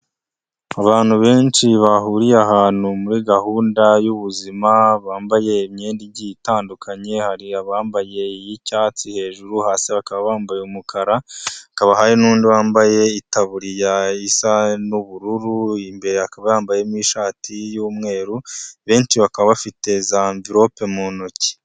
Abantu benshi bahuriye ahantu muri gahunda y'ubuzima, bambaye imyenda igiye itandukanye; hari abambaye icyatsi hejuru, hasi bakaba bambaye umukara, hakaba n'undi wambaye itaburiya isa n'ubururu, imbere yambayemo ishati y'umweru, benshi bakaba bafite za amvelope mu ntoki.